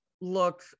look